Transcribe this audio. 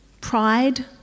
pride